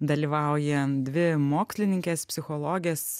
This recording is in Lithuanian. dalyvauja dvi mokslininkės psichologės